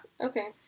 Okay